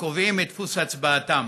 וקובעים את דפוס הצבעתם,